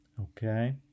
okay